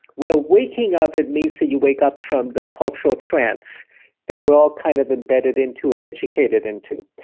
well, waking up, it means that you wake up from the cultural trance that we're all kind of embedded into an educated into.